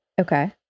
Okay